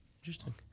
Interesting